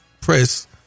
press